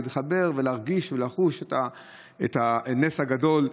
להרגיש ולחוש את הנס הגדול.